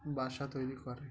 বাসা তৈরি করে